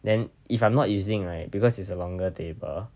then if I'm not using right because it's a longer table